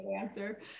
answer